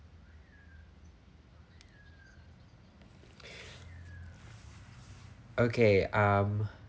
okay um